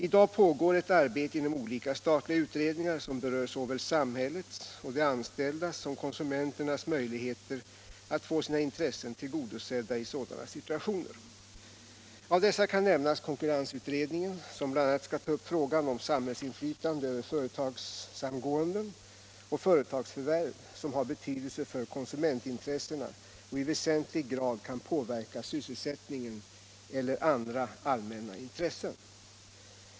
I dag pågår ett arbete inom olika statliga utredningar som berör såväl samhällets och de anställdas som konsumenternas möjligheter att få sina intressen tillgodosedda i sådana situationer. Av dessa kan nämnas konkurrensutredningen som bl.a. skall ta upp frågan om samhällsinflytande över företagssamgåenden och företagsförvärv som har betydelse för konsumentintressena och i väsentlig grad kan påverka sysselsättningen eller andra allmänna intressen.